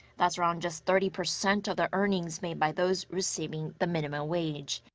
that's around just thirty percent of the earnings made by those receiving the minimum wage.